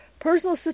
Personal